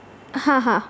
હા હા